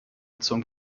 zum